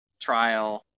trial